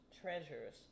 treasures